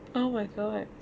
oh my god